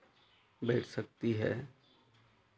बैठ सकती है